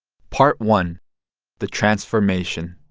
part one the transformation